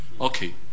Okay